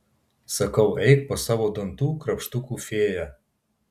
sakau eik pas savo dantų krapštukų fėją